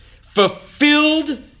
fulfilled